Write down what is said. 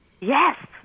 Yes